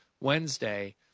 wednesday